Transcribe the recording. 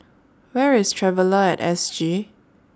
Where IS Traveller At S G